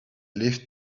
leafed